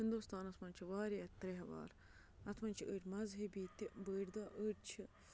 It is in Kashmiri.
ہِندوُستانَس منٛز چھِ وارِیاہ تیہوار اَتھ مَنٛز چھِ أڑۍ مَذہبی تہِ بٔڑۍ دۄہ أڑۍ چھِ